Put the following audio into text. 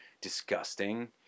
disgusting